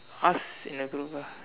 ask in the group lah